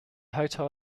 hotel